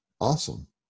awesome